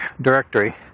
directory